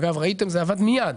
אגב, ראיתם, זה עבד מיד.